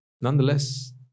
nonetheless